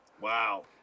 wow